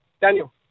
Daniel